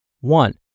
One